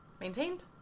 maintained